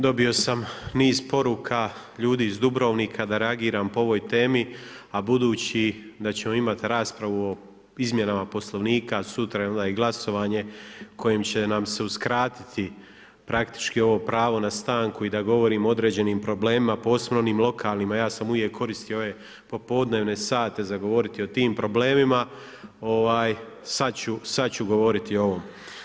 Dobio sam niz poruka ljudi iz Dubrovnika da reagiram po ovoj temi, a budući da ćemo imati raspravu o izmjenama Poslovnika, sutra i glasovanje kojim će nam se uskratiti praktički ovom pravo na stanku i da govorimo o određenim problemima, posebno onim lokalnim, a ja sam uvijek koristio ove popodnevne sate za govoriti o tim problemima, sad ću govoriti o ovom.